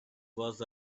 was